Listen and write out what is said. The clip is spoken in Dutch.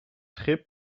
schip